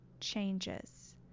changes